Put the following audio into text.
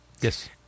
Yes